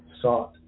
sought